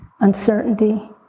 Uncertainty